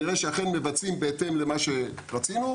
נראה שאכן מבצעים בהתאם למה שרצינו.